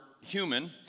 human